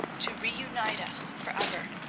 to reunite us for ever.